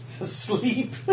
Asleep